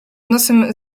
nosem